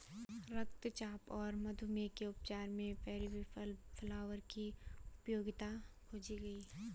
रक्तचाप और मधुमेह के उपचार में पेरीविंकल फ्लावर की उपयोगिता खोजी गई है